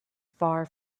far